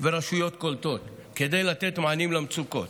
ורשויות קולטות, כדי לתת מענים למצוקות.